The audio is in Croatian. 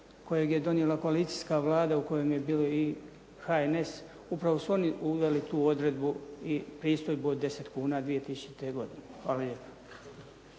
kojeg je donijela koalicijska Vlada u kojem je bio i HNS upravo su oni uveli tu odredbu i pristojbu od 10 kuna 2000. godine. Hvala lijepa.